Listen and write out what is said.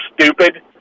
stupid